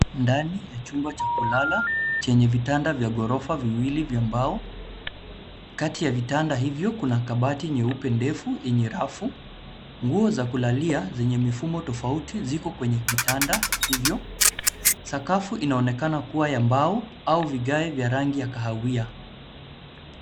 Ndani ya chumba cha kulala, chenye vitanda vya ghorofa viwili vya mbao. Kati ya vitanda hivyo kuna kabati nyeupe ndefu yenye rafu. Nguo za kulalia zenye mifumo tofauti ziko kwenye vitanda hivyo. Sakafu inaonekana kuwa ya mbao, au vigae vya rangi ya kahawia.